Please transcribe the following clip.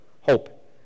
hope